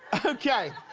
okay.